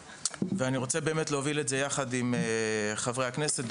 אני רוצה באמת להוביל את זה יחד עם חברי הכנסת.